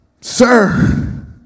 sir